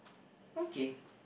okay